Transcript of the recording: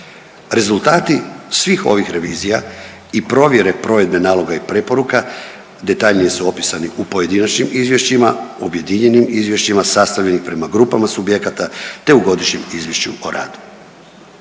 Rezultati svih ovih revizija i provjere provedbe naloga i preporuka detaljnije su opisani u pojedinačnim izvješćima, objedinjenim izvješćima sastavljenim prema grupama subjekata, te u godišnjem izvješću o radu.